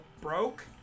broke